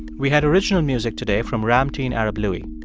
we had original music today from ramtin arablouei.